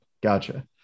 Gotcha